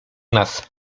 nas